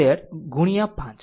2 square into 5